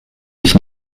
sich